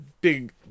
big